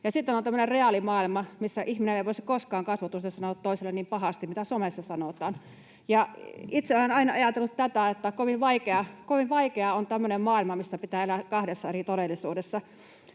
tämmöinen reaalimaailma, missä ihminen ei voisi koskaan kasvotusten sanoa toiselle niin pahasti kuin somessa sanotaan. Itse olen aina ajatellut tästä, että kovin vaikea on tämmöinen maailma, missä pitää elää kahdessa eri todellisuudessa.